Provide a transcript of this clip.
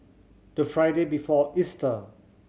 the Friday before Easter